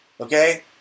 Okay